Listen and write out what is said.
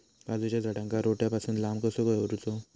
काजूच्या झाडांका रोट्या पासून लांब कसो दवरूचो?